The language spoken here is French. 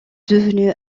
devenu